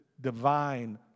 divine